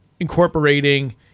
incorporating